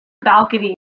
balcony